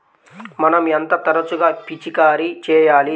మనం ఎంత తరచుగా పిచికారీ చేయాలి?